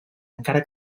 encara